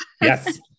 Yes